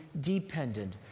dependent